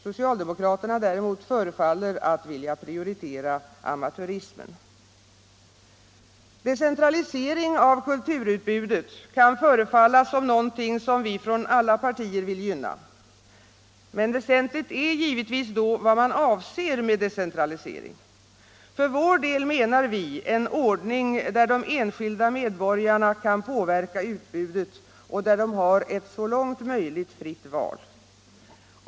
Socialdemokraterna däremot förefaller att vilja prioritera amatörismen. Decentralisering av kulturutbudet kan förefalla som något som vi från alla partier vill gynna. Men väsentligt är givetvis då vad man avser med decentralisering. För vår del menar vi en ordning där de enskilda medborgarna kan påverka utbudet och där de har ett så långt möjligt fritt val.